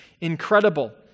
incredible